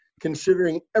considering